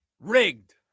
Rigged